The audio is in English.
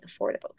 affordable